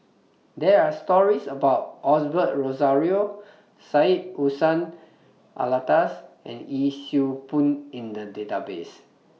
There Are stories about Osbert Rozario Syed Hussein Alatas and Yee Siew Pun in The Database